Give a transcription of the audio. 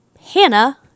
Hannah